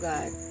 God